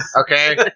okay